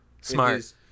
smart